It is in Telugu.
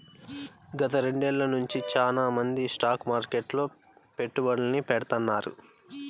గత రెండేళ్ళ నుంచి చానా మంది స్టాక్ మార్కెట్లో పెట్టుబడుల్ని పెడతాన్నారు